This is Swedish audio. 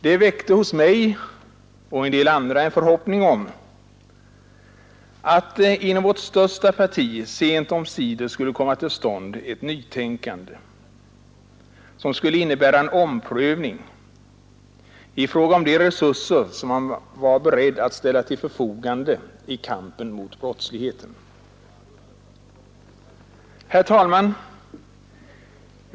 Det väckte hos mig och en del andra en förhoppning om att inom vårt största parti sent omsider skulle komma till stånd ett nytänkande, som skulle innebära en omprövning i fråga om de resurser man var beredd att ställa till förfogande i kampen mot brottsligheten. Herr talman!